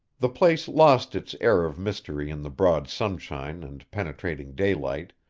the place lost its air of mystery in the broad sunshine and penetrating daylight,